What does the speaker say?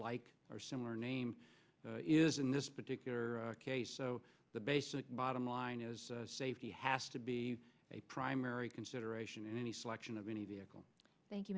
like or similar name is in this particular case so the basic bottom line is safety has to be a primary consideration in any selection of any vehicle thank you